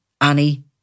Annie